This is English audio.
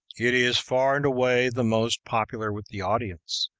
it is far and away the most popular with the audience,